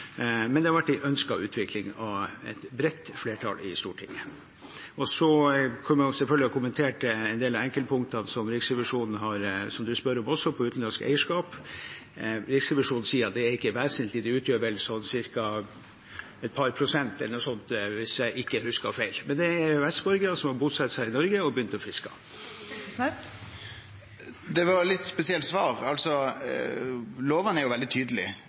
Men det har vært en ønsket utvikling av et bredt flertall i Stortinget. Så kunne jeg selvfølgelig ha kommentert en del enkeltpunkter som representanten spør om når det gjelder utenlandsk eierskap. Riksrevisjonen sier at dette ikke er vesentlig, det utgjør vel ca. et par prosent eller noe – hvis jeg ikke husker feil. Det er EØS-borgere som har bosatt seg i Norge og begynt å fiske. Torgeir Knag Fylkesnes – til oppfølgingsspørsmål. Det var eit litt spesielt svar. Loven er jo veldig